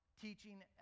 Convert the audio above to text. teaching